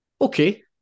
okay